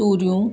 तूरियूं